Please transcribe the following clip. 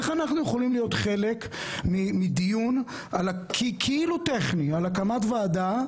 איך אנחנו יכולים להיות חלק מדיון כאילו טכני על הקמת ועדה,